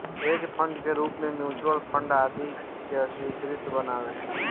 hedge fund के रूप में म्यूच्यूअल फंड आदि के स्वीकार्यता बावे